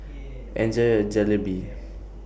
Enjoy your Jalebi